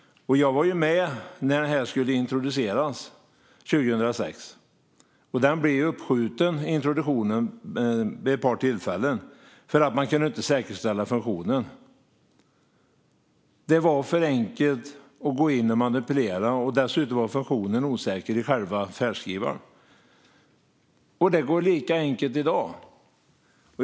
Jag var med när den skulle introduceras 2006. Introduktionen blev uppskjuten vid ett par tillfällen för att man inte kunde säkerställa funktionen. Det var för enkelt att gå in och manipulera. Dessutom var funktionen osäker i själva färdskrivaren. Det är lika enkelt att göra detta i dag.